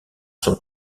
son